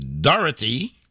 Dorothy